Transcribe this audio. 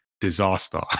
disaster